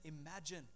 imagine